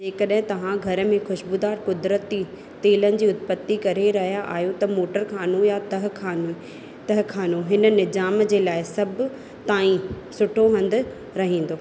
जेकड॒हिं तव्हीं घर में खु़शबूदारु कुदरती तेलनि जी उपति करे रहिया आहियो त मोटरख़ानो या तहख़ानो तहख़ानो हिन निज़ाम जे लाइ सभ ताईं सुठो हंधि रहन्दो